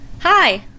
Hi